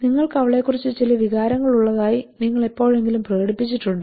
നിങ്ങൾക്ക് അവളെക്കുറിച്ച് ചില വികാരങ്ങൾ ഉള്ളതായി നിങ്ങൾ എപ്പോഴെങ്കിലും പ്രകടിപ്പിച്ചിട്ടുണ്ടോ